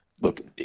Look